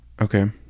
Okay